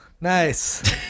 Nice